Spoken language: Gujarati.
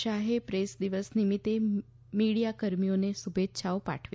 શાહે પ્રેસ દિવસ નિમિત્તે મીડીયા કર્મીઓને શુભેચ્છા પાઠવી